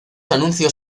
anuncios